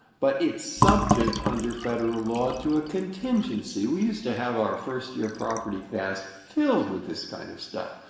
but it's subject under federal law to a contingency. we used to have our first-year property class filled with this kind of stuff.